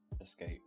Escape